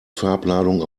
farbladung